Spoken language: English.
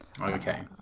Okay